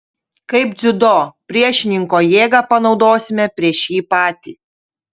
kaip dziudo priešininko jėgą panaudosime prieš jį patį